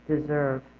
deserve